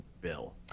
bill